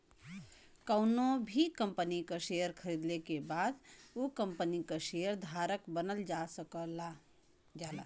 कउनो भी कंपनी क शेयर खरीदले के बाद उ कम्पनी क शेयर धारक बनल जा सकल जाला